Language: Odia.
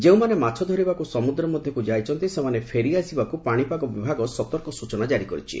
ଯେଉଁମାନେ ମାଛ ଧରିବାକୁ ସମୁଦ୍ର ମଧ୍ୟକୁ ଯାଇଛନ୍ତି ସେମାନେ ଫେରିଆସିବାକୁ ପାଣିପାଗ ବିଭାଗ ସତର୍କ ସୂଚନା ଜାରି କରିଛି